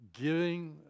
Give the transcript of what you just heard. giving